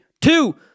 Two